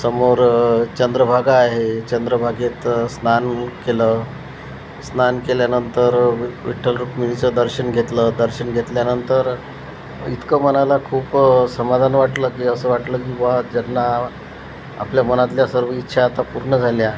समोर चंद्रभागा आहे चंद्रभागेत स्नान केलं स्नान केल्यानंतर वि विठ्ठल रुक्मिणीचं दर्शन घेतलं दर्शन घेतल्यानंतर इतकं मनाला खूप समाधान वाटलं की असं वाटलं की बुवा त्यांना आपल्या मनातल्या सर्व इच्छा आता पूर्ण झाल्या